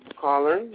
Caller